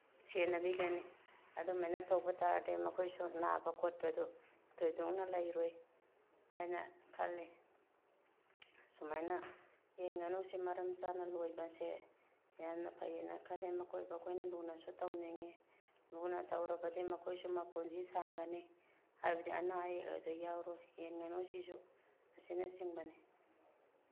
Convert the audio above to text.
ꯁꯦꯟꯅꯕꯤꯒꯅꯤ ꯑꯗꯨꯃꯥꯏꯅ ꯇꯧꯕ ꯇꯥꯔꯗꯤ ꯃꯈꯣꯏꯁꯨ ꯅꯥꯕ ꯈꯣꯠꯄꯗꯨ ꯊꯣꯏꯗꯣꯛꯅ ꯂꯩꯔꯣꯏ ꯍꯥꯏꯅ ꯈꯜꯂꯤ ꯁꯨꯃꯥꯏꯅ ꯌꯦꯟ ꯉꯥꯅꯨꯁꯦ ꯃꯔꯝ ꯆꯥꯅ ꯂꯣꯏꯕꯁꯦ ꯌꯥꯝꯅ ꯐꯩꯑꯦꯅ ꯈꯜꯂꯦ ꯃꯈꯣꯏꯕꯨ ꯑꯩꯈꯣꯏꯅ ꯂꯨꯅꯁꯨ ꯇꯧꯅꯤꯡꯏ ꯂꯨꯅ ꯇꯧꯔꯕꯗꯤ ꯃꯈꯣꯏꯁꯨ ꯃꯄꯨꯟꯁꯤ ꯁꯥꯡꯒꯅꯤ ꯍꯥꯏꯕꯗꯤ ꯑꯅꯥ ꯑꯌꯦꯛ ꯍꯥꯏꯕꯗꯣ ꯌꯥꯎꯔꯣꯏ ꯌꯦꯟ ꯉꯥꯅꯨ ꯁꯤꯁꯨ ꯑꯁꯤꯅꯆꯤꯡꯕꯅꯤ